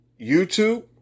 YouTube